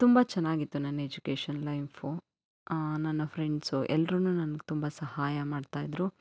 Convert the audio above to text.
ತುಂಬ ಚೆನ್ನಾಗಿತ್ತು ನನ್ನ ಎಜುಕೇಷನ್ ಲೈಫು ನನ್ನ ಫ್ರೆಂಡ್ಸು ಎಲ್ರು ನನ್ಗೆ ತುಂಬ ಸಹಾಯ ಮಾಡ್ತಾ ಇದ್ದರು